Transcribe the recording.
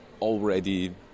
already